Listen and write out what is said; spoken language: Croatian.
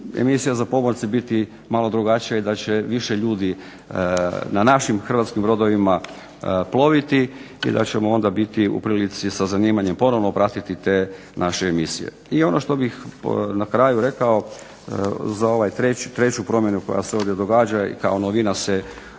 za pomorce biti malo drugačija i da će više ljudi na našim hrvatskim brodovima ploviti i da ćemo onda biti u prilici sa zanimanjem ponovno pratiti te naše emisije. I ono što bih na kraju rekao za ovu treću promjenu koja se ovdje događa i kao novina se